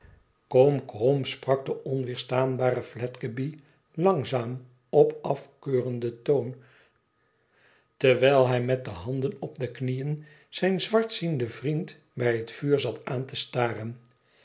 kom kom sprak de onweerstaanbare fledgeby langzaam op af keurenden toon terwijl hij met de handen op de knieën zijn zwartzienden vriend bij het vuur zat aan te staren